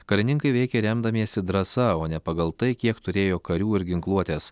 karininkai veikė remdamiesi drąsa o ne pagal tai kiek turėjo karių ir ginkluotės